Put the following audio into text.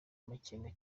amakenga